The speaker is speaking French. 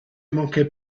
manquait